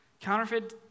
Counterfeit